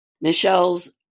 Michelle's